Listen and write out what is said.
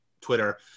Twitter